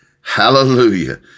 Hallelujah